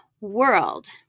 world